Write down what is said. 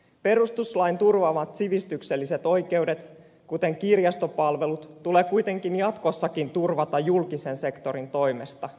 perustuslain turvaamat sivistykselliset oikeudet kuten kirjastopalvelut tulee kuitenkin jatkossakin turvata julkisen sektorin toimesta